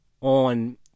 on